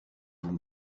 vous